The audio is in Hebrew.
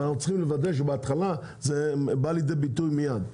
אבל אנחנו צריכים לוודא בהתחלה שזה בא לידי ביטוי מיד,